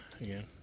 Again